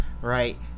right